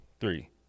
Three